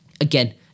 again